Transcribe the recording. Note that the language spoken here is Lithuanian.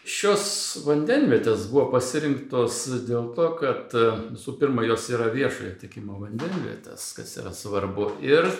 šios vandenvietės buvo pasirinktos dėl to kad visų pirma jos yra viešojo tiekimo vandenvietės kas yra svarbu ir